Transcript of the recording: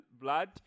blood